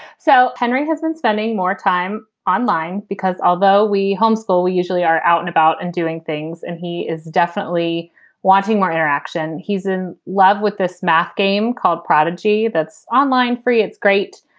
so henry has been spending more time online because although we homeschool, we usually are out and about and doing things. and he is definitely wanting more interaction. he's in love with this math game called prodigy. that's online free. it's great.